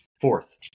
fourth